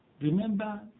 remember